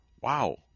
Wow